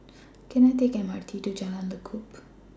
Can I Take M R T to Jalan Lekub